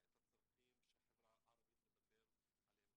את הצרכים עליהם מדברת החברה הערבית.